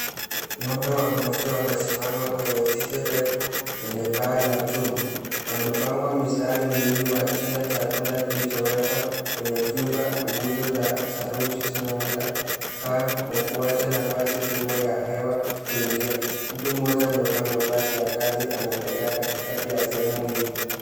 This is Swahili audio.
Ng' ombe wa maziwa amesimama kwenye zizi refu lenye paa la chuma. Wamepanga mistari miwili wakila chakula kilichowekwa kwenye vyumba. Nguzo zaruji zinaunga paa na kuacha nafasi kubwa za hewa kuingia. Mtu mmoja amevaa mavazi ya kazi anatembea katikati ya sehemu hiyo.